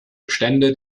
bestände